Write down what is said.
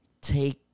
take